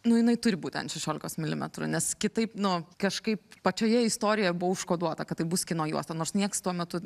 nu jinai turi būti ant šešiolikos milimetrų nes kitaip nu kažkaip pačioje istorijoje buvo užkoduota kad tai bus kino juosta nors nieks tuo metu